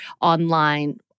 online